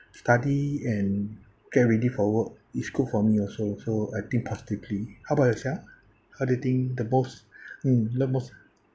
study and get ready for work is good for me also so I think positively how about yourself how do you think the most mm the most